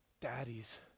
Daddies